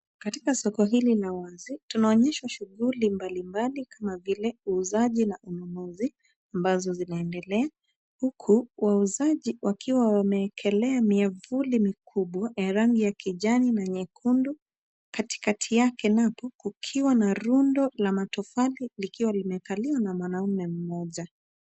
Katika soko hili la wazi, tunaonyeshwa shughuli mbalimbali kama vile uuzaji na ununuzi ambazo zinaendelea huku wauzaji wakiwa wamewekelea miavuli mikubwa ya rangi ya kijani na nyekundu, katikati yake napo kukiwa na rundo la matofali likiwa limekaliwa na mwanaume mmoja.